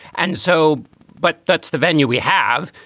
and so but that's the venue we have.